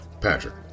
Patrick